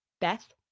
Beth